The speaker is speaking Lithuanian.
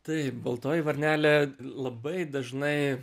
taip baltoji varnelė labai dažnai